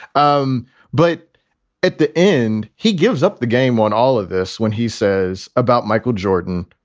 um but at the end, he gives up the game. when all of this when he says about michael jordan,